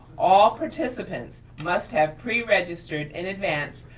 all participants must have pre-registered, in advance,